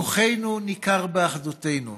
כוחנו ניכר באחדותנו,